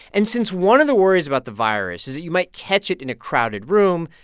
and since one of the worries about the virus is that you might catch it in a crowded room,